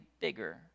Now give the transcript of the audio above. bigger